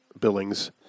Billings